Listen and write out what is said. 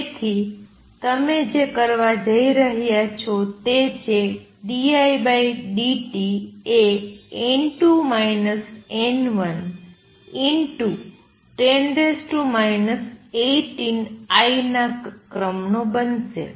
તેથી તમે જે કરવા જઇ રહ્યા છો તે છે dI dT એ ×10 18I ના ક્રમ નો બનશે